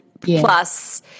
plus